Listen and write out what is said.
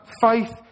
faith